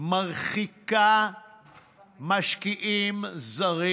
מרחיק משקיעים זרים.